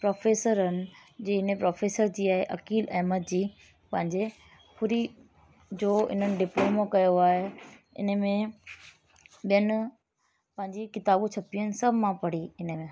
professor आहिनि जीअं हिन प्रोफ़ेसर जी आहे अकील अहमद जी पंहिंजे पूरी जो इन्हनि जो डिप्लोमो कयो आहे इने में ॿियनि पंहिंजी किताबूं छपियूं आहिनि सभु मां पढ़ी इने में